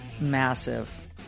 massive